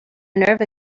nerve